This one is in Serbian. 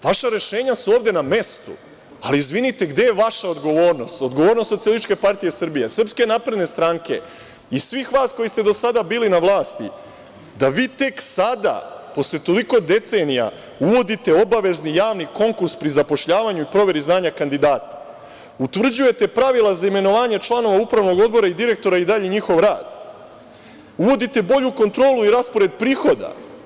Vaša rešenja su ovde na mestu, ali izvinite, gde je vaša odgovornost, odgovornost SPS, SNS, i svih vas koji ste do sada bili na vlasti, da vi tek sada, posle toliko decenija, uvodite obavezni javni konkurs pri zapošljavanju i proveri znanja kandidata, utvrđujete pravila za imenovanje članova upravnog odbora i direktora i dalji njihov rad, uvodite bolju kontrolu i raspored prihoda?